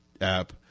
app